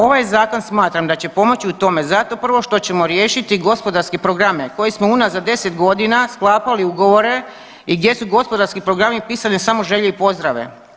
Ovaj zakon smatram da će pomoći u tome zato prvo što ćemo riješiti gospodarske programe koji smo unazad 10 godina sklapali ugovore i gdje su gospodarski programi pisane samo želje i pozdrave.